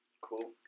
Cool